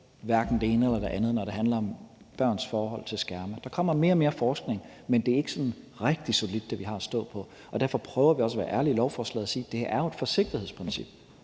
hverken det ene eller det andet, når det handler om børns forhold til skærme. Der kommer mere og mere forskning, men det, vi har at stå på, er ikke sådan rigtig solidt. Derfor prøver vi også at være ærlige i lovforslaget og sige: Det handler jo om et forsigtighedsprincip;